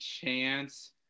Chance